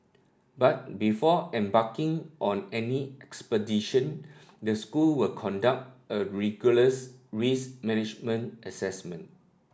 but before embarking on any expedition the school will conduct a rigorous risk management assessment